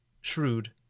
shrewd